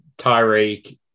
Tyreek